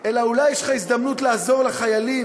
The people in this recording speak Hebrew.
אלא אולי יש לך הזדמנות לעזור לחיילים.